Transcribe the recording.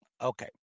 okay